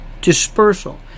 dispersal